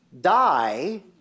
die